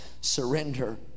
surrender